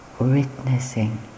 witnessing